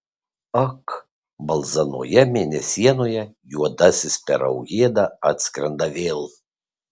ak balzganoje mėnesienoje juodasis per aujėdą atskrenda vėl